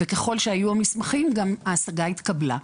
וככל שהיו המסמכים גם ההשגה התקבלה.